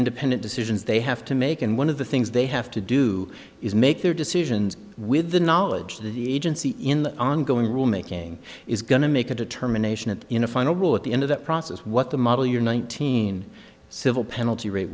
independent decisions they have to make and one of the things they have to do is make their decisions with the knowledge that the agency in the ongoing rule making is going to make a determination and in a final rule at the end of that process what the model you're nineteen civil penalty rate